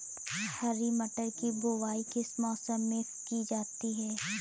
हरी मटर की बुवाई किस मौसम में की जाती है?